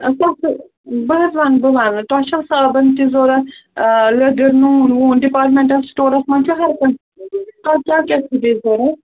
تُہۍ چھَو بہٕ حظ وَنہٕ بہٕ وَنہٕ تۄہہِ چھَو صابَن تہِ ضروٗرت آ لیٚدٕر نوٗن ووٗن ڈِپارٹم۪نٛٹَل سِٹورَس منٛز چھُ ہر کانٛہہ تۄہہِ کیٛاہ کیٛاہ چھُ بیٚیہِ ضروٗرت